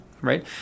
Right